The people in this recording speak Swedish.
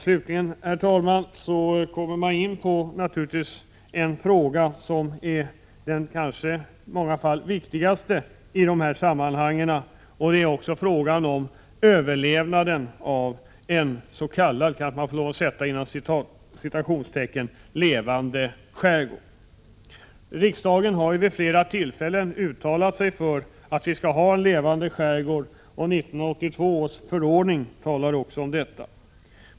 Slutligen, herr talman, kommer jag in på en fråga som i många fall kanske är den viktigaste i dessa sammanhang. Det är frågan om överlevnaden av en ”levande” skärgård — i dag får man nog sätta uttrycket inom citationstecken. Riksdagen har vid flera tillfällen uttalat sig för att vi skall ha en levande skärgård, och i 1982 års förordning talas det också om detta.